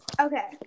Okay